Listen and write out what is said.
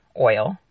oil